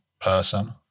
person